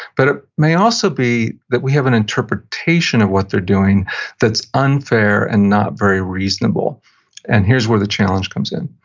but it may also be that we have an interpretation of what they're doing that's unfair and not very reasonable and here's where the challenge comes in.